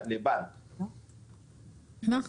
האם